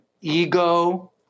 ego